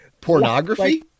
pornography